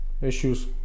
issues